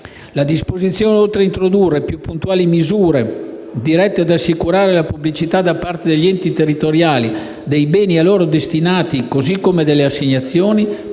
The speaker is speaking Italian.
La disposizione, oltre ad introdurre più puntuali misure dirette ad assicurare la pubblicità da parte degli enti territoriali dei beni a loro destinati, così come delle assegnazioni,